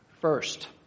First